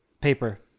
paper